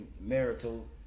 marital